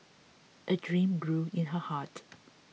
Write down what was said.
a dream grew in her heart